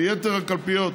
וביתר הקלפיות